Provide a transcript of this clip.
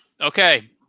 Okay